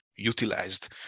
Utilized